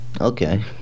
Okay